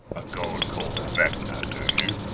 a god called vecna, do you?